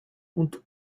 und